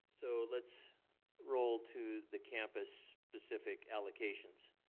so let's roll to the campus specific allocations.